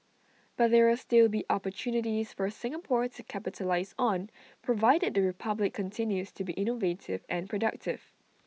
but there will still be opportunities for Singapore to capitalise on provided the republic continues to be innovative and productive